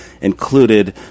included